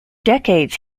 decades